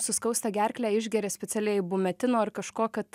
suskausta gerklę išgeria specialiai ibumetino ar kažko kad